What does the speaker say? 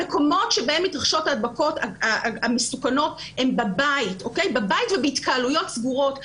המקומות שבהם מתרחשות ההדבקות המסוכנות הן בבית ובהתקהלויות סגורות.